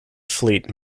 fleet